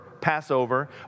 Passover